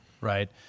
right